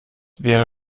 wäre